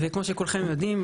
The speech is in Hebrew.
וכמו שכולכם יודעים,